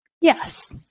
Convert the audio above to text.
Yes